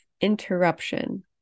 interruption